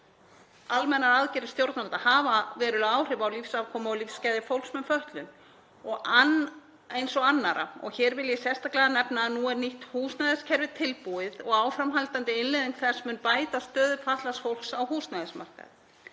margar almennar aðgerðir stjórnvalda hafa veruleg áhrif á lífsafkomu og lífsgæði fólks með fötlun, eins og annarra. Hér vil ég sérstaklega nefna að nú er nýtt húsnæðiskerfi tilbúið og áframhaldandi innleiðing þess mun bæta stöðu fatlaðs fólks á húsnæðismarkaði.